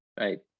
right